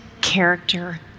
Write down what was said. character